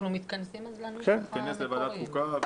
נתכנס בוועדת חוקה,